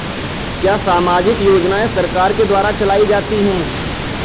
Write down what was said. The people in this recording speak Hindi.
क्या सामाजिक योजनाएँ सरकार के द्वारा चलाई जाती हैं?